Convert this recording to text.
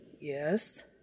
Yes